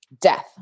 death